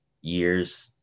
years